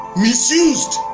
misused